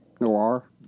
Noir